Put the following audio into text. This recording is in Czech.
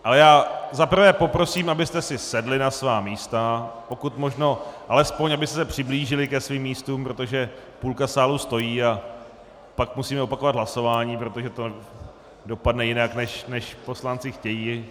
Ale já za prvé poprosím, abyste si sedli na svá místa, pokud možno alespoň abyste se přiblížili ke svým místům, protože půlka sálu stojí, a pak musíme opakovat hlasování, protože to dopadne jinak, než poslanci chtějí.